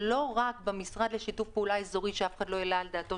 שלא יהיה רק במשרד לשיתוף פעולה אזורי - שאף אחד לא העלה על דעתו